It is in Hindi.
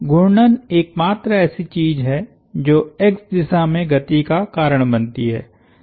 घूर्णन एकमात्र ऐसी चीज़ है जो X दिशा में गति का कारण बनती है